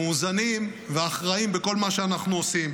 מאוזנים ואחראים בכל מה שאנחנו עושים.